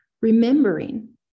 remembering